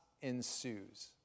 ensues